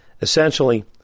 essentially